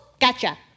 gotcha